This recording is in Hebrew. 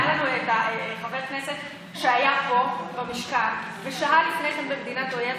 היה לנו חבר כנסת שהיה פה במשכן ושהה לפני כן במדינת אויב,